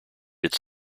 its